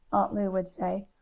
lu would say.